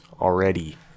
already